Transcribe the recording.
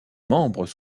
membres